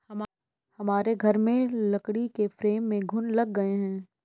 हमारे घर में लकड़ी के फ्रेम में घुन लग गए हैं